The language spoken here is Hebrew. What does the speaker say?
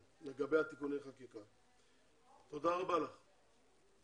תודה רבה לך.